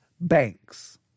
banks